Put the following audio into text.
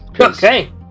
Okay